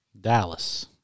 Dallas